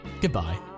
Goodbye